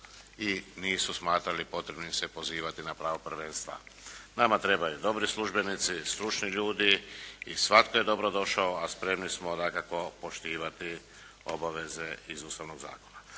i nisu smatrali potrebnim se pozivati na pravo prvenstva. Nama trebaju dobri službenici, stručni ljudi i svatko je dobro došao, a spremni smo dakako poštivati obaveze iz Ustavnog zakona.